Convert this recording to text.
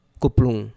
kuplung